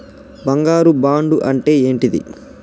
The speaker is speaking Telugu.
బంగారు బాండు అంటే ఏంటిది?